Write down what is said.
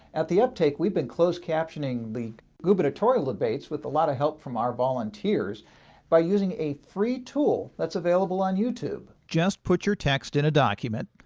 at the uptake we've been closed captioning the gubernatorial debates, with a lot of help from our volunteers by using a free tool that's available on you tube. just put your text in a document,